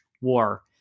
war